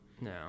No